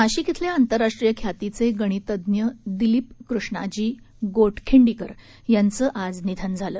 नाशिक इथले आंतराष्ट्रीय ख्यातीचे गणितज्ञ दिलीप कृष्णाजी गोटखिंडीकर यांचं आज निधन झालं